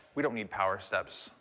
we don't need power steps.